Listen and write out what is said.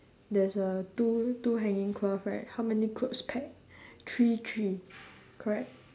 there's uh two two hanging cloth right how many clothes peg three three correct